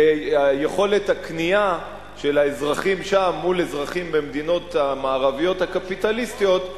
ויכולת הקנייה של האזרחים שם מול אזרחים במדינות המערביות הקפיטליסטיות,